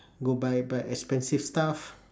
go buy buy expensive stuff